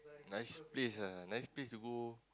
nice place ah nice place to go